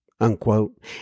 unquote